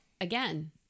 again